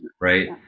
right